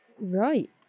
Right